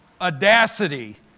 audacity